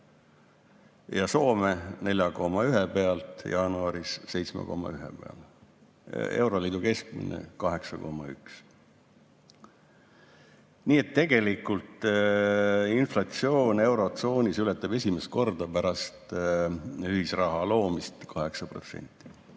jaanuari 4,1% pealt 7,1% peale. Euroliidu keskmine oli 8,1%. Nii et tegelikult inflatsioon eurotsoonis ületab esimest korda pärast ühisraha loomist 8%.